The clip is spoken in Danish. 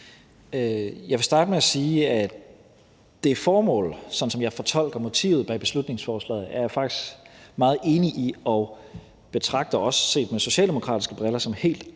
Jeg vil starte med at sige, at formålet, sådan som jeg fortolker motivet bag beslutningsforslaget, er jeg faktisk meget enig i, og jeg betragter det også set med socialdemokratiske briller som helt